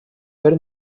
per